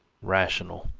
rational,